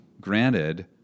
Granted